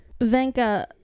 Venka